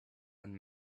and